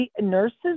Nurses